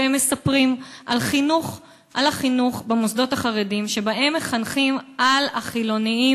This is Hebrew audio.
והם מספרים על החינוך במוסדות החרדיים שבהם מחנכים על החילונים,